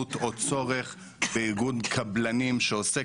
משמעות או צורך באיגוד קבלנים שעוסק